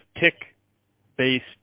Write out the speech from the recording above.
tick-based